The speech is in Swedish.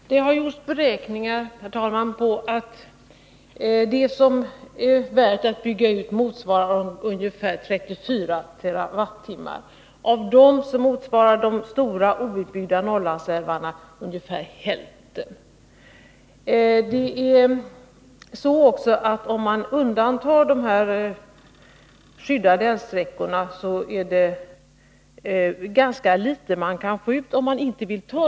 Herr talman! Det har gjorts beräkningar som visar att de vattendrag som är värda att bygga ut motsvarar ungefär 34 TWh. De stora outbyggda Norrlandsälvarna svarar för ungefär hälften av dessa timmar. Om man undantar de skyddade älvsträckorna, de stora älvarna, är det ganska litet kraft som man kan få ut.